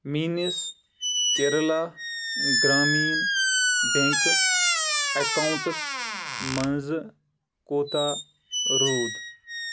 میٲنِس Kerala Gramin bank accounts منٛزٕ کوٗتاہ روٗد